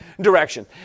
direction